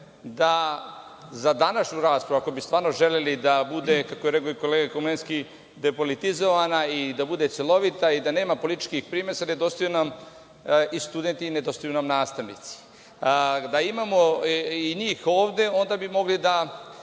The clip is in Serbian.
da za današnju raspravu, ako bi stvarno želeli da bude, kako je rekao i kolega Komlenski, depolitizovana i da bude celovita i da nema političkih primesa, nedostaju nam i studenti i nedostaju nam nastavnici. Da imamo i njih ovde, onda bi mogli da